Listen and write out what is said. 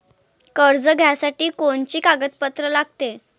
कर्ज घ्यासाठी कोनचे कागदपत्र लागते?